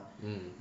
mm